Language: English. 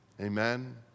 Amen